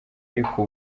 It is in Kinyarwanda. ariko